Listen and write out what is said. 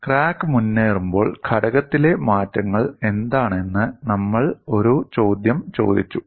crack മുന്നേറുമ്പോൾ ഘടകത്തിലെ മാറ്റങ്ങൾ എന്താണെന്നു നമ്മൾ ഒരു ചോദ്യം ചോദിച്ചു